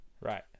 Right